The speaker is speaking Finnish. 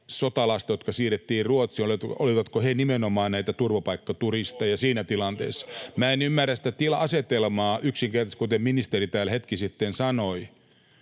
sotalasta, jotka siirrettiin Ruotsiin, nimenomaan näitä turvapaikkaturisteja siinä tilanteessa? Minä en yksinkertaisesti ymmärrä sitä asetelmaa, kuten ministeri täällä hetki sitten sanoi.